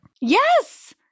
Yes